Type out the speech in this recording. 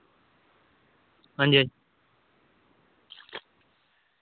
हां जी हां जी